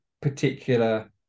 particular